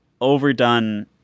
overdone